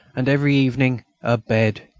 and every evening a bed.